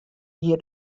hie